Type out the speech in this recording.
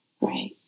right